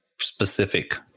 specific